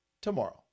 tomorrow